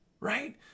right